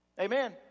Amen